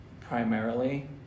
primarily